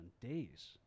days